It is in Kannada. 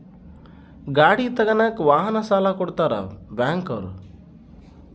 ಗಾಡಿ ತಗನಾಕ ವಾಹನ ಸಾಲ ಕೊಡ್ತಾರ ಬ್ಯಾಂಕ್ ಅವ್ರು